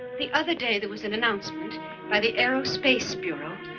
the other day, there was an announcement by the aerospace bureau,